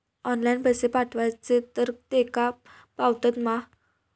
Online पैसे पाठवचे तर तेका पावतत मा?